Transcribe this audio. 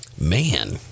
Man